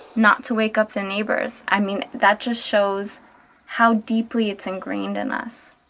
not to wake up the neighbors, i mean that just shows how deeply it's ingrained in us.